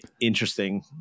interesting